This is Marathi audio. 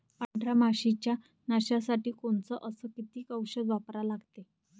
पांढऱ्या माशी च्या नाशा साठी कोनचं अस किती औषध वापरा लागते?